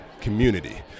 community